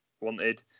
wanted